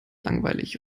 langweilig